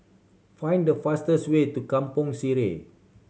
find the fastest way to Kampong Sireh